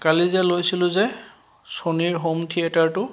কালি যে লৈছিলোঁ যে ছনিৰ যে হোম থিয়েটাৰটো